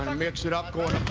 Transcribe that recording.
and um mixed it up going